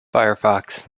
firefox